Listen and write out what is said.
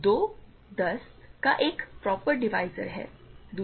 तो 2 10 का एक प्रॉपर डिवीज़र है